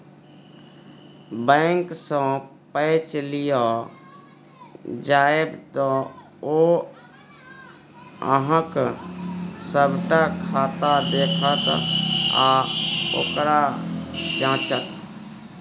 बैंकसँ पैच लिअ जाएब तँ ओ अहॅँक सभटा खाता देखत आ ओकरा जांचत